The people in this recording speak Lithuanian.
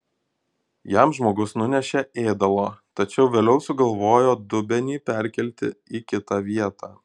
jam žmogus nunešė ėdalo tačiau vėliau sugalvojo dubenį perkelti į kitą vietą